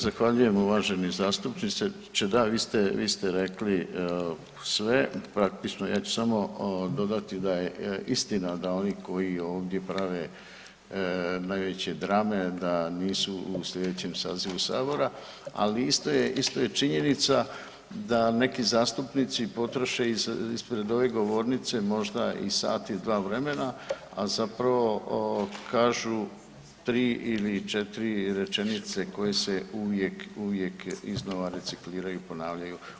Zahvaljujem uvaženi zastupniče, da vi ste, vi ste rekli sve praktično, ja ću samo dodati da je istina da oni koji ovdje prave najveće drame da nisu u slijedećem sazivu sabora, al isto je, isto je činjenica da neki zastupnici potroše ispred ove govornice možda i sat i dva vremena, a zapravo kažu 3 ili 4 rečenice koje se uvijek, uvijek iznova recikliraju i ponavljaju.